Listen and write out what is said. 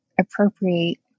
appropriate